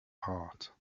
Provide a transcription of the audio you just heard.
heart